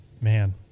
Man